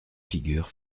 figure